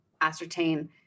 ascertain